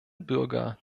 bürger